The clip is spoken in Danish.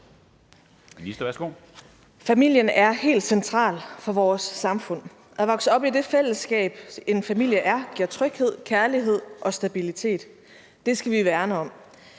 Familien er helt central for vores samfund. At vokse op i det fællesskab, en familie er, giver tryghed, kærlighed og stabilitet. Det skal vi værne om.